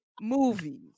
movies